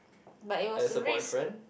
but it was a risk